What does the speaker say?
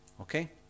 Okay